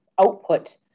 output